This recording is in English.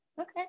okay